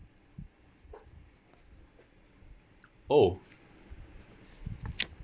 oh